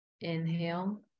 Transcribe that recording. Inhale